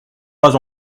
pas